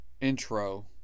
intro